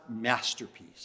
masterpiece